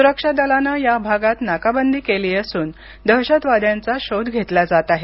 सुरक्षा दलानं या भागात नाकाबंदी केली असून दहशतवाद्यांचा शोध घेतला जात आहे